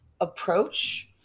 approach